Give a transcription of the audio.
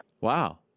Wow